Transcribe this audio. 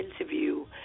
interview